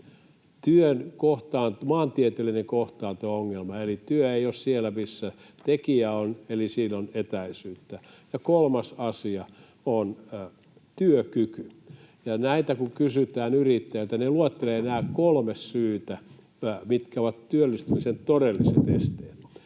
työn maantieteellinen kohtaanto-ongelma eli se, että työ ei ole siellä, missä tekijä on, eli siinä on etäisyyttä, ja kolmas asia on työkyky. Näitä kun kysytään yrittäjiltä, ne luettelevat nämä kolme syytä, mitkä ovat työllistymisen todelliset esteet.